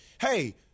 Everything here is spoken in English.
Hey